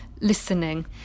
listening